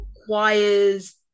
requires